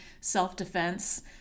self-defense